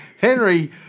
Henry